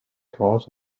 draws